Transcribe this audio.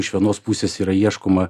iš vienos pusės yra ieškoma